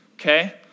okay